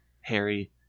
Harry